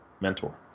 mentor